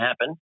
happen